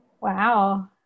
Wow